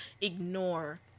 ignore